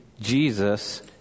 Jesus